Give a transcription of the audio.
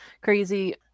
crazy